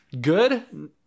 good